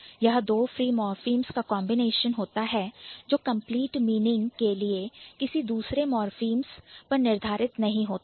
यह दो free morphemes काcombination कंबीनेशन होता है जो complete meaning कंप्लीट मीनिंग संपूर्ण अर्थ के लिए किसी दूसरे मॉर्फीम्स निर्धारित नहीं होते हैं